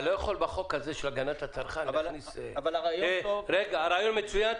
אתה לא יכול להכניס בחוק של הגנת הצרכן להכניס הרעיון מצוין.